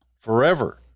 forever